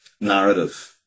narrative